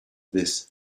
this